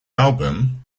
album